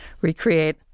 recreate